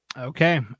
Okay